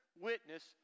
witness